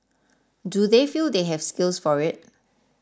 do they feel they have skills for it